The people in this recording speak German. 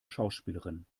schauspielerin